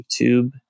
YouTube